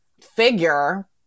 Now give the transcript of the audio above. figure